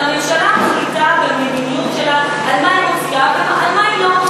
אבל הממשלה מחליטה במדיניות שלה על מה היא מוציאה ועל מה היא לא מוציאה.